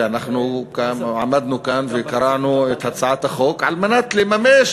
ואנחנו עמדנו כאן וקרענו את הצעת החוק כדי לממש,